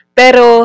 pero